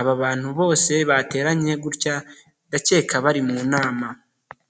aba bantu bose bateranye gutya ndakeka bari mu nama.